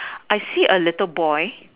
I see a little boy